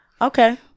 Okay